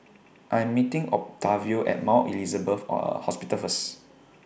I Am meeting Octavio At Mount Elizabeth Or A Hospital First